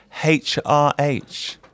HRH